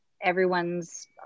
everyone's